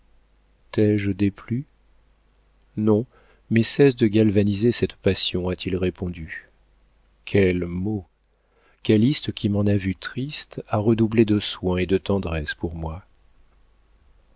t'ai-je déplu non mais cesse de galvaniser cette passion a-t-il répondu quel mot calyste qui m'en a vue triste a redoublé de soins et de tendresse pour moi